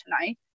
tonight